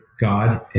God